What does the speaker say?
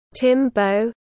Timbo